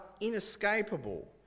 inescapable